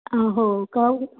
आ हो का